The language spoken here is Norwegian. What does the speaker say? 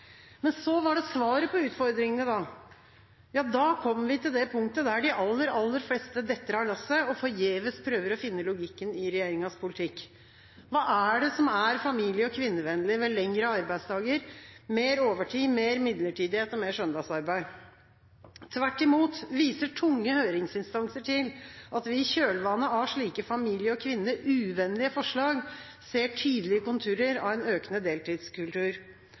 Men så var det svaret på utfordringene. Ja, da kommer vi til det punktet der de aller, aller fleste detter av lasset og forgjeves prøver å finne logikken i regjeringas politikk. Hva er det som er familie- og kvinnevennlig ved lengre arbeidsdager, mer overtid, mer midlertidighet og mer søndagsarbeid? Tvert imot viser tunge høringsinstanser til at vi i kjølvannet av slike familie- og kvinnefiendtlige forslag ser tydelige konturer av en økende deltidskultur.